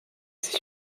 sich